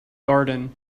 garden